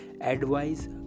Advice